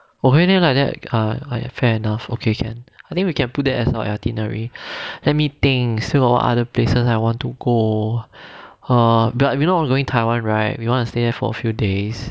okay then like that uh fair enough okay can I think we can put that as our itinerary let me think still got other places I want to go err but we not going taiwan right we want to stay there for a few days